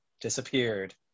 disappeared